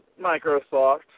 Microsoft